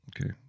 Okay